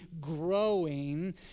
growing